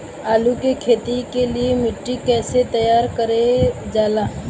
आलू की खेती के लिए मिट्टी कैसे तैयार करें जाला?